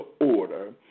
order